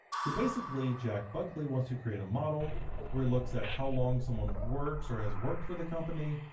so basically, jack buckley wants to create a model where he looks at how long someone works or has worked for the company,